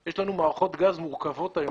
יש לנו מערכות גז מורכבות היום.